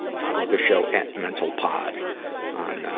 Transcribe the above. follow the show at mentalpod on,